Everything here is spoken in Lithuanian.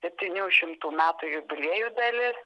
septynių šimtų metų jubiliejų dalis